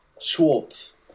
Schwartz